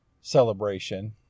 celebration